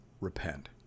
repent